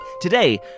Today